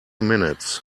minutes